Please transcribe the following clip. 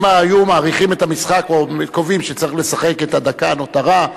אם היו מאריכים את המשחק או קובעים שצריך לשחק את הדקה הנותרת.